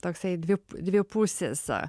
toksai dvi dvipusis